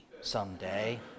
someday